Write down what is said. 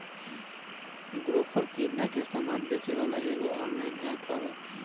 Grofer किरणा के सामान बेचेवाला एगो ऑनलाइन एप्प हवे